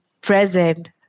present